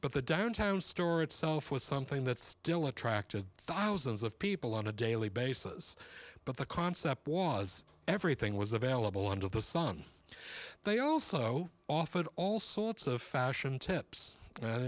but the downtown store itself was something that's still a acted thousands of people on a daily basis but the concept was everything was available under the sun they also offered all sorts of fashion tips and